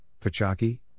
Pachaki